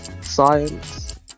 science